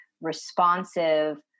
responsive